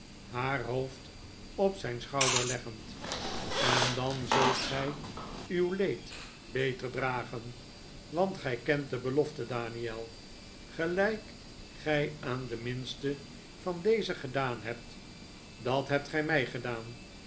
haar hoofd op zijn schouder leggend en dan zult gij uw leed beter dragen want gij kent de belofte daniel gelijk gij aan de minsten van dezen gedaan hebt dat hebt gij mij gedaan